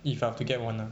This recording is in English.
if I have to get one ah